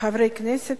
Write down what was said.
חברי כנסת,